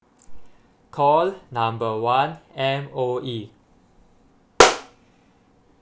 call number one M_O_E